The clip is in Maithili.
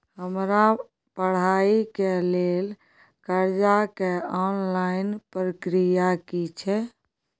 हमरा पढ़ाई के लेल कर्जा के ऑनलाइन प्रक्रिया की छै?